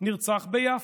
נרצח ביפו.